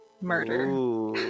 murder